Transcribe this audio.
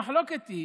המחלוקת היא